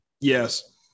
Yes